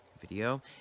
video